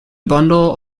bundle